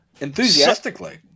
Enthusiastically